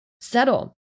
settle